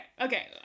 okay